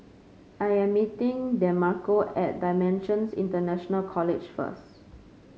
I am meeting Demarco at Dimensions International College first